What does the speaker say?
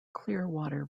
clearwater